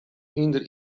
hynder